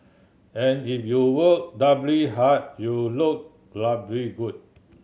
and if you work doubly hard you look doubly good